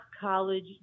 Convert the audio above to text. college